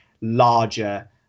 larger